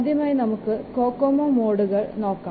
ആദ്യമായി നമുക്ക് കൊക്കൊമോ മോഡുകൾ നോക്കാം